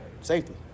safety